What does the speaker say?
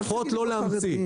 לפחות לא להמציא.